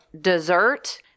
dessert